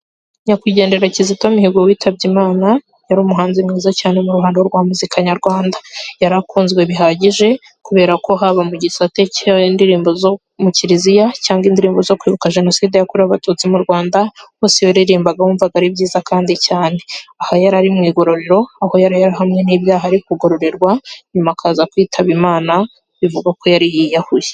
Nyakwigendera Kizito Mihigo witabye Imana, yari umuhanzi mwiza cyane mu ruhando rwa muzika nyarwanda. Yarakunzwe bihagije, kubera ko haba mu gisate cy'ìndirimbo zo mu kiliziya cyangwa indirimbo zo kwibuka jenoside yakorewe abatutsi mu Rwanda, aho yaririmbaga bumvaga ari byiza kandi cyane. Aha yari ari mu igororero, aho yari yarahamwe n'ibyaha ari kugororerwa, nyuma akaza kwitaba Imana, bivugwa ko yari yiyahuye.